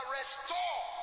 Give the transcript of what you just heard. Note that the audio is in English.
restore